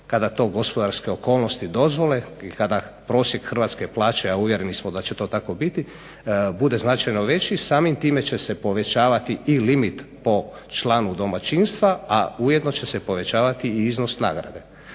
kada to gospodarske okolnosti dozvole i kada prosjek hrvatske plaće, a uvjereni smo da će to tako biti bude značajno veći, samim time će se povećavati i limit po članu domaćinstva, a ujedno će se povećavati i iznos nagrade.